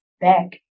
back